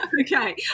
Okay